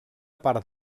part